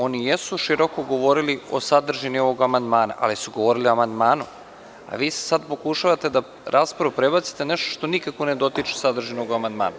Oni jesu široko govorili o sadržini ovog amandmana, ali su govorili o amandmanu, a vi sada pokušavate da raspravu prebacite na nešto što nikako ne dotiče sadržanu amandmana.